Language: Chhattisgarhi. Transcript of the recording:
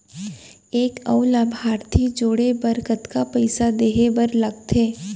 एक अऊ लाभार्थी जोड़े बर कतका पइसा देहे बर लागथे?